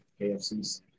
KFCs